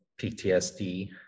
PTSD